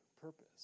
purpose